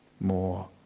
more